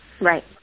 Right